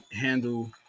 handle